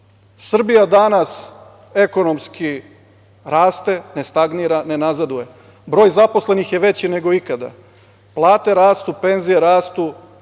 Srbija danas ekonomski raste, ne stagnira, ne nazaduje. Broj zaposlenih je veći nego ikada. Plate rastu, penzije rastu,